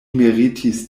meritis